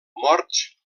morts